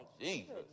Jesus